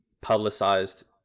publicized